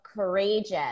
Courageous